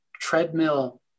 treadmill